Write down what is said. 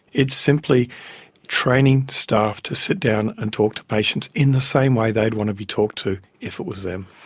it's simply training staff to sit down and talk to patients in the same way they would want to be talked to if it was them.